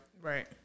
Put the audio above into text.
Right